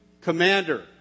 commander